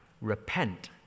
Repent